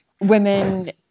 women